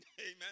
Amen